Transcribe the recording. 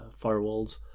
firewalls